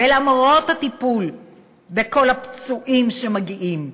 ולמרות הטיפול בכל הפצועים שמגיעים.